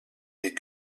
est